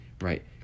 right